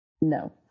no